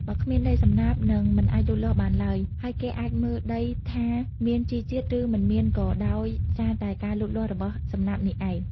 បើគ្មានដី សំណាបនឹងមិនអាចដុះលូតលាស់បានឡើយ ហើយគេអាចមើលដីថាមានជីជាតិ ឬមិនមានក៏ដោយសារតែការលូតលាស់របស់សំណាបនេះឯង។